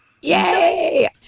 yay